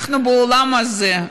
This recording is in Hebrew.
אנחנו באולם הזה,